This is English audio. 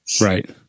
Right